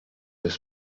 jest